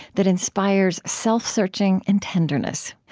that inspires self-searching and tenderness.